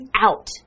out